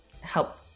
help